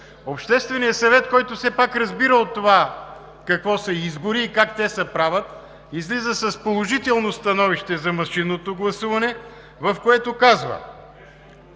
Общественият съвет, който все пак разбира от това какво са избори и как те се правят, излиза с положително становище за машинното гласуване, в което казва: